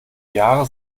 jahre